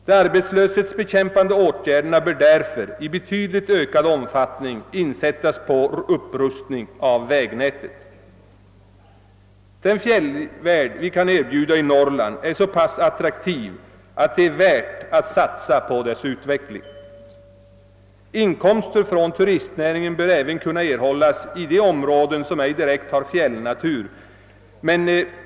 De arbetslöshetsbekämpande åtgärderna bör därför i betydligt ökad omfattning inriktas på upprustning av vägnätet. Den fjällvärld vi kan erbjuda i Norrland är så attraktiv att det är värt att satsa på dess utveckling. Inkomster från turistnäringen bör kunna erhållas även i de områden som ej har direkt fjällnatur.